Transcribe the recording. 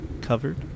covered